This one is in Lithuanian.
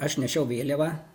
aš nešiau vėliavą